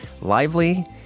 lively